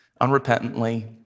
unrepentantly